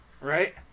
Right